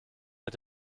mit